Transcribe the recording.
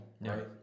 right